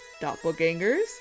Doppelgangers